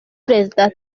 prezida